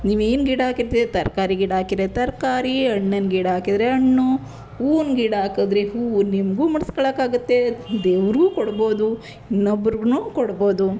ನೀವು ಏನು ಗಿಡ ಹಾಕಿರ್ತೀರಿ ತರಕಾರಿ ಗಿಡ ಹಾಕಿದ್ದರೆ ತರಕಾರಿ ಹಣ್ಣಿನ ಗಿಡ ಹಾಕಿದ್ದರೆ ಹಣ್ಣು ಹೂವಿನ ಗಿಡ ಹಾಕಿದ್ರಿ ಹೂವು ನಿಮಗೂ ಮೂಡ್ಸ್ಕೊಳ್ಳೋಕ್ಕಾಗುತ್ತೆ ದೇವ್ರಿಗು ಕೊಡ್ಬೋದು ಇನ್ನೊಬ್ರಿಗೂನು ಕೊಡ್ಬೋದು